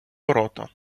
ворота